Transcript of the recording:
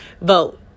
Vote